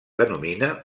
denomina